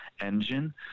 engine